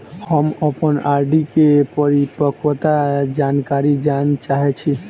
हम अप्पन आर.डी केँ परिपक्वता जानकारी जानऽ चाहै छी